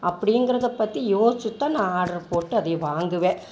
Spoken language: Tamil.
அப்படிங்கிறத பற்றி யோசிச்சுதான் நான் ஆர்ட்ரு போட்டு அதே வாங்குவேன்